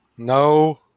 No